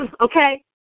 Okay